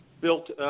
built